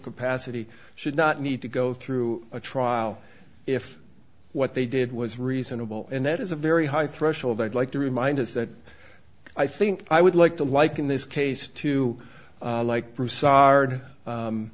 capacity should not need to go through a trial if what they did was reasonable and that is a very high threshold i'd like to remind us that i think i would like to liken this case to like